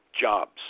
Jobs